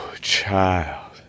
child